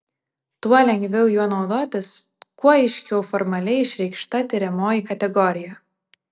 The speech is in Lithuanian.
tuo lengviau juo naudotis kuo aiškiau formaliai išreikšta tiriamoji kategorija